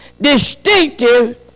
distinctive